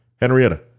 Henrietta